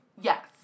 yes